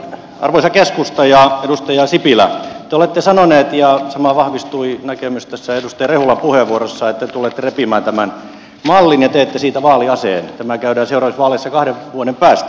arvoisa keskusta ja edustaja sipilä te olette sanoneet ja sama näkemys vahvistui edustaja rehulan puheenvuorossa että te tulette repimään tämän mallin ja teette siitä vaaliaseen tämä käydään läpi seuraavissa vaaleissa kahden vuoden päästä